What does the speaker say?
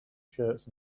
shirts